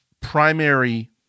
primary